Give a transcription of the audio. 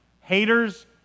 haters